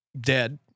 dead